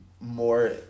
more